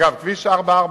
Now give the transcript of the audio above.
אגב, כביש 443,